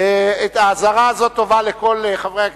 האזהרה הזאת טובה לכל חברי הכנסת.